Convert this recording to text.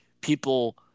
people –